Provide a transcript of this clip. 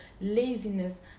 laziness